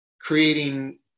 creating